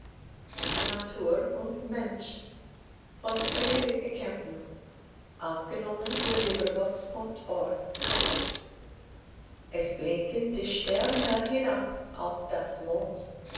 es blinken die sterne hinab auf das moos